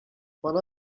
bana